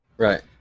Right